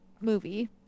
movie